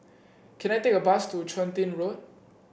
can I take a bus to Chun Tin Road